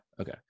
Okay